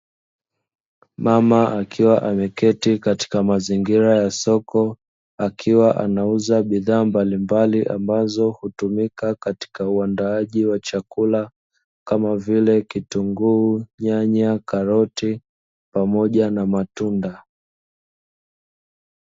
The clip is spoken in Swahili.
Mama akiwa ameketi katika mazingira ya soko, akiwa anauza bidhaa mbalimbali ambazo hutumika katika uandaaji wa chakula, kama vile: kitunguu, nyanya, karoti pamoja na matunda.